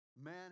Man